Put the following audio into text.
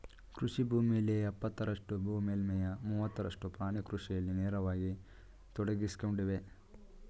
ಕೃಷಿ ಭೂಮಿಯಲ್ಲಿ ಎಪ್ಪತ್ತರಷ್ಟು ಭೂ ಮೇಲ್ಮೈಯ ಮೂವತ್ತರಷ್ಟು ಪ್ರಾಣಿ ಕೃಷಿಯಲ್ಲಿ ನೇರವಾಗಿ ತೊಡಗ್ಸಿಕೊಂಡಿದೆ